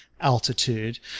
altitude